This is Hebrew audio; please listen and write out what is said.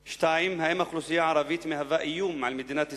2. האם האוכלוסייה הערבית מהווה איום על מדינת ישראל?